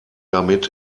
damit